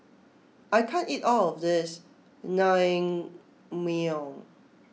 I can't eat all of this Naengmyeon